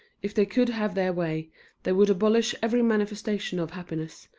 if they could have their way they would abolish every manifestation of happiness,